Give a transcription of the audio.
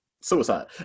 suicide